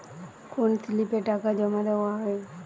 কোন স্লিপে টাকা জমাদেওয়া হয়?